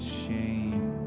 shame